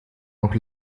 noch